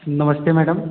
नमस्ते मैडम